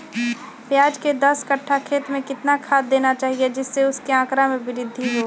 प्याज के दस कठ्ठा खेत में कितना खाद देना चाहिए जिससे उसके आंकड़ा में वृद्धि हो?